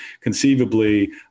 conceivably